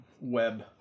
web